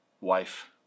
Wife